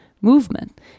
movement